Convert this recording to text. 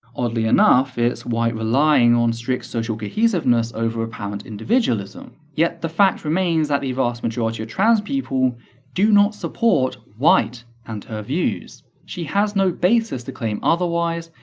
oddly enough, it's white relying on strict social cohesiveness over apparent individualism, yet the fact remains that the vast majority of trans people do not support white and her views. she has no basis to claim otherwise,